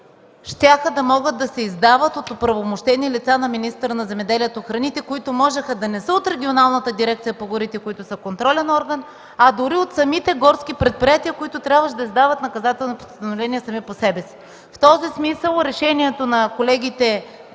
щяха да могат да се издават от оправомощени лица от министъра на земеделието и храните, които можеха да не са от регионалната дирекция по горите, които са контролен орган, дори от самите горски предприятия, които трябваше да издават наказателни постановления сами на себе си. В този смисъл считам за много